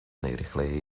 nejrychleji